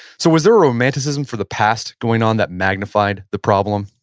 so was there a romanticize and for the past going on that magnified the problem?